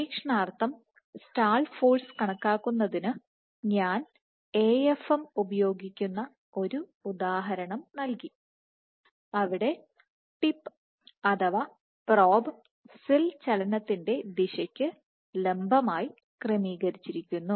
പരീക്ഷണാർത്ഥം stall force കണക്കാക്കുന്നതിന് ഞാൻ AFM ഉപയോഗിക്കുന്ന ഒരു ഉദാഹരണം നൽകി അവിടെ ടിപ്പ് അഥവാ പ്രോബ് സെൽ ചലനത്തിന്റെ ദിശയ്ക്ക് ലംബമായി ക്രമീകരിച്ചിരിക്കുന്നു